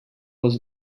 was